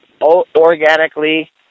organically